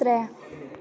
त्रै